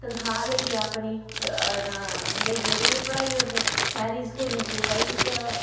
तनखाह् लेइयै अपनी लेइयै ते पढ़ाई ओड़दे शैह्री स्कूलें च भाई